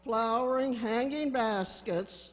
flowering hanging baskets